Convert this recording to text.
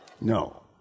No